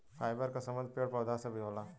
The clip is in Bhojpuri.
फाइबर क संबंध पेड़ पौधा से भी होला